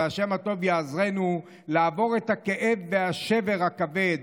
וה' הטוב יעזרנו לעבור את הכאב והשבר הכבד